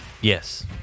Yes